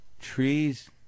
trees